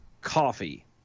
Coffee